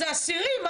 אלה אסירים.